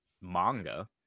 manga